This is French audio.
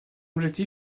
effectif